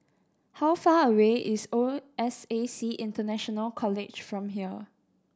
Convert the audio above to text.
how far away is O S A C International College from here